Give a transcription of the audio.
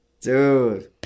Dude